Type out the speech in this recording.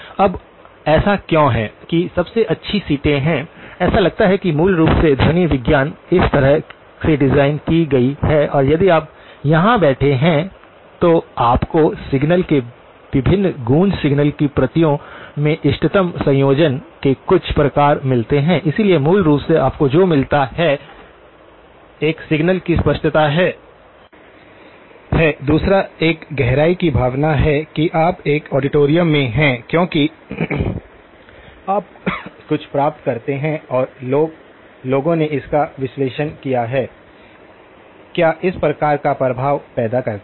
अब ऐसा क्यों है कि सबसे अच्छी सीटें हैं ऐसा लगता है कि मूल रूप से ध्वनि विज्ञान इस तरह से डिज़ाइन की गई है कि यदि आप यहां बैठे हैं तो आपको सिग्नल के विभिन्न गूँज सिग्नल की प्रतियों के इष्टतम संयोजन के कुछ प्रकार मिलते हैं इसलिए मूल रूप से आपको जो मिलता है एक सिग्नल की स्पष्टता है दूसरा एक गहराई की भावना है कि आप एक ऑडिटोरियम में हैं क्योंकि आप कुछ प्राप्त करते हैं और लोगों ने इसका विश्लेषण किया है क्या इस प्रकार का प्रभाव पैदा करता है